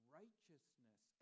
righteousness